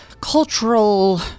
cultural